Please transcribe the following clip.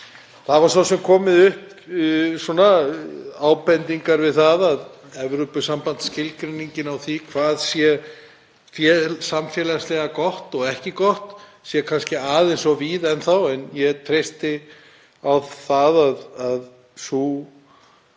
Það hafa svo sem komið upp ábendingar varðandi það að Evrópusambandsskilgreiningin á því hvað er samfélagslega gott og ekki gott sé kannski aðeins of víð enn þá. En ég treysti á að ef